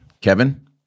kevin